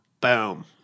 Boom